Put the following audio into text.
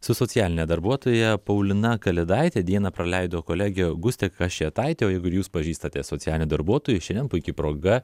su socialine darbuotoja paulina kalėdaite dieną praleido kolegė gustė kašėtaitė o jeigu ir jūs pažįstate socialinių darbuotojų šiandien puiki proga